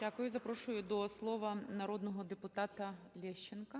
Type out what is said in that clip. Дякую. Запрошую до слова народного депутата Лещенка.